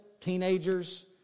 teenagers